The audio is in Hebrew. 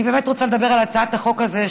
אני באמת רוצה לדבר על הצעת החוק הזאת,